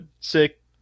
sick